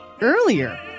earlier